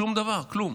שום דבר, כלום,